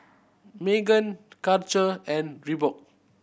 Megan Karcher and Reebok